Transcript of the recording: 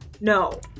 No